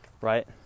right